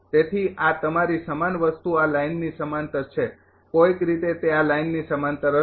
તેથી આ તમારી સમાન વસ્તુ આ લાઇનની સમાંતર છે કોઈક રીતે તે આ લાઇનની સમાંતર હશે